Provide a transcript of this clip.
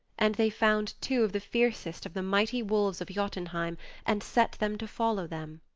and they found two of the fiercest of the mighty wolves of jotunheim and set them to follow them.